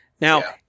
now